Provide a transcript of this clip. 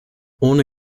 ohne